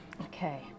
Okay